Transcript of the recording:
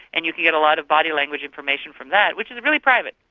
and you can get a lot of body language information from that, which is really private.